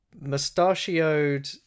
mustachioed